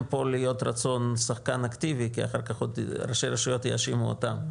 פה רצון להיות שחקן אקטיבי כי אחר-כך ראשי הרשויות יאשימו אותם.